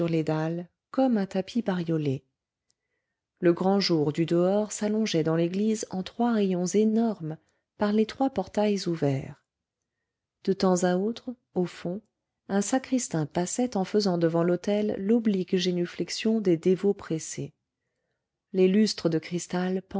comme un tapis bariolé le grand jour du dehors s'allongeait dans l'église en trois rayons énormes par les trois portails ouverts de temps à autre au fond un sacristain passait en faisant devant l'autel l'oblique génuflexion des dévots pressés les lustres de cristal